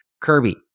Kirby